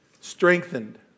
Strengthened